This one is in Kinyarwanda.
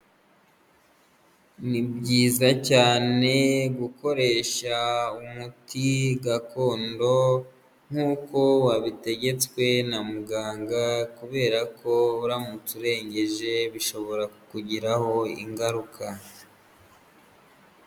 Ni byiza cyane gukoresha umuti gakondo nk'uko wabitegetswe na muganga kubera ko uramutse urengeje bishobora kukugiraho ingaruka.